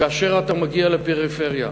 כאשר אתה מגיע לפריפריה.